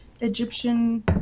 egyptian